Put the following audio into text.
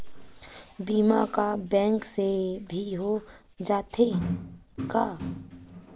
बीमा का बैंक से भी हो जाथे का?